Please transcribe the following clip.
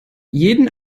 jeden